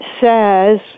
says